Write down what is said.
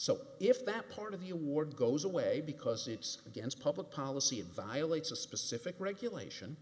so if that part of the award goes away because it's against public policy it violates a specific regulation